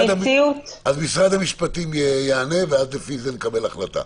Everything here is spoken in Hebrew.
אז משרד המשפטים יענה ואז, לפי זה, נקבל החלטה.